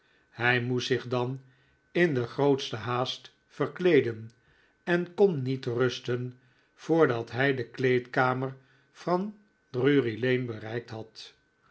hij moest zich dan in de grootste haast verkleeden en kon niet rusten voordat hij de kleedkamer van drury-lane bereikt had